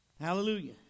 Hallelujah